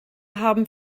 haben